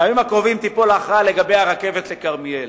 בימים הקרובים תיפול הכרעה לגבי הרכבת לכרמיאל.